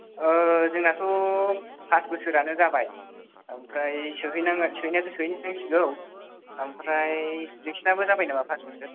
जोंनाथ' फास बोसोरानो जाबाय ओमफ्राय सोहैनांगोन सोहैनायाथ' सोहैनांसिगौ ओमफ्राय नोंसोरनियाबो जाबाय नामा फास बोसोर